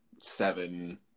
seven